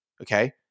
Okay